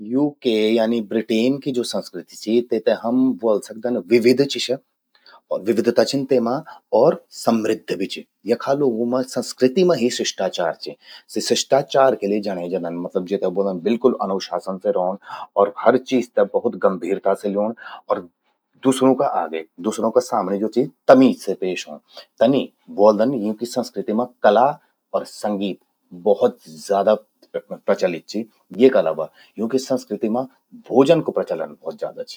यूके आनी ब्रिटेन की ज्वो संस्कृति चि तेते हम ब्वोल सकदन विविध चि स्या। विविधता छिन तेमा और समृद्ध भि चि। तखा लोगूं मां, संस्कृति मां ही शिष्टाचार चि। सी शिष्टाचार के लिए जण्ये जंदन मतलब जेते ब्वोलदन बिल्कुल अनुशआसन से रौंण और हर चीज ते बहुत गंभीरता से ल्यूण। अर दुसरों का आगे, दुसरों का सामणि भि ज्वो चि तमीज से पेश ऊंण। तनि ब्वोल्दन यूंकि संस्कृति मां कला अर संगीत भौत ज्यादा प्रचलित चि। येका अलावा यूंकि संस्कृति मां भोजान कु प्रचलन भौत ज्यादा चि।